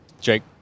Jake